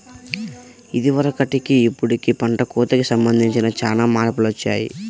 ఇదివరకటికి ఇప్పుడుకి పంట కోతకి సంబంధించి చానా మార్పులొచ్చాయ్